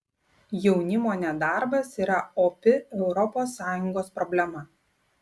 jaunimo nedarbas yra opi europos sąjungos problema